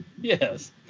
Yes